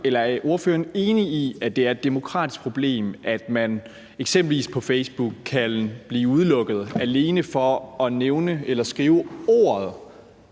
det. Er ordføreren enig i, at det er et demokratisk problem, at man eksempelvis på Facebook kan blive udelukket alene for at nævne eller skrive navnet